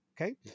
okay